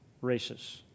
races